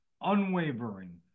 unwavering